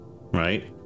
right